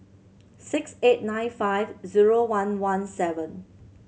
six eight nine five zero one one seven